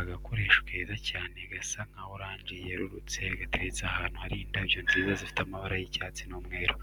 Agakoresho keza cyane gasa nka oranje yerurutse gateretse ahantu hari indabyo nziza zifite amabara y'icyatsi n'umweru.